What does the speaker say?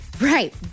Right